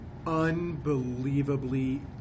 unbelievably